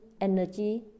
energy